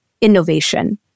innovation